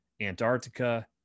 Antarctica